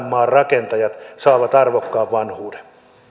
maan rakentajat saavat arvokkaan vanhuuden